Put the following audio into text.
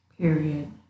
period